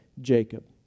Jacob